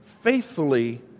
faithfully